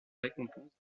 récompense